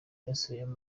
byasubiyemo